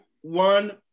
one